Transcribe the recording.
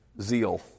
zeal